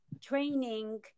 training